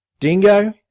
Dingo